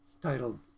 titled